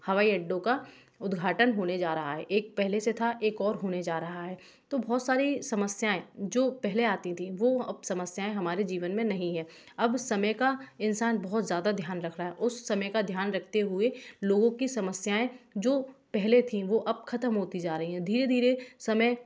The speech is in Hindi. हवाई अड्डों का उद्घाटन होने जा रहा है एक पहले से था एक और होने जा रहा है तो बहुत सारी समस्याऍं जो पहले आती थीं वो वो अब समस्याऍं हमारे जीवन में नहीं है अब समय का इंसान बहुत ज़्यादा ध्यान रख रहा है उस समय का ध्यान रखते हुए लोगों की समस्याऍं जो पहले थी वो अब खत्म होती जा रही हैं धीरे धीरे समय